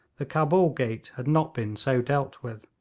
the cabul gate had not been so dealt with.